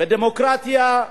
בדמוקרטיה,